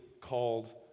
called